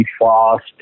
fast